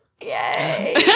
Yay